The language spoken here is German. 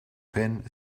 penh